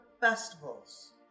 festivals